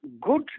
good